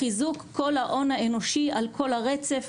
חיזוק כל ההון האנושי על כל הרצף,